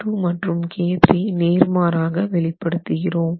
K1K2 மற்றும் K3 நேர் மாறாக வெளிப்படுத்துகிறோம்